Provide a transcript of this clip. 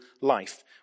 life